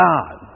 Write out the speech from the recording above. God